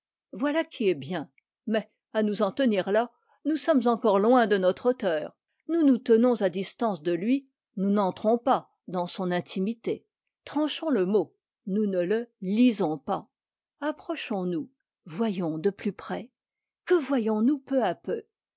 voilà qui est bien mais à nous en tenir là nous sommes encore loin de notre auteur nous nous tenons à distance de lui nous n'entrons pas dans son intimité tranchons le mot nous ne le lisons pas approchons nous voyons de plus près que voyons-nous peu à peu